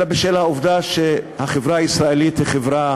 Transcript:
אלא בשל העובדה שהחברה הישראלית היא חברה